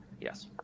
yes